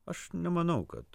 aš nemanau kad